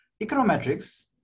econometrics